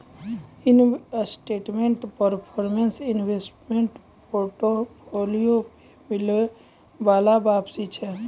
investment performance investment portfolio पे मिलै बाला वापसी छै